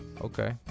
Okay